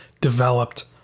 developed